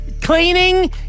Cleaning